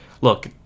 look